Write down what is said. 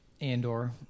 Andor